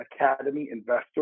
AcademyInvestor